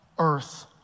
earth